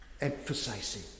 Emphasizing